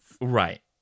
right